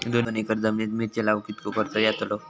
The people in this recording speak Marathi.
दोन एकर जमिनीत मिरचे लाऊक कितको खर्च यातलो?